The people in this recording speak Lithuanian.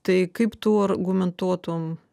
tai kaip tu argumentuotum